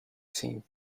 seen